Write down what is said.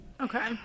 Okay